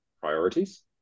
priorities